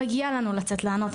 מגיע לנו לצאת להנות,